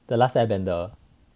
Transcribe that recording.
the last airbender